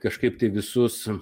kažkaip tai visus